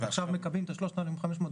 ועכשיו מקבלים את ה-3,511,